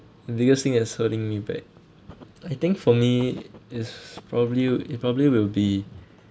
biggest thing has hurt me bad I think for me is probably would it probably will be